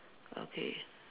okay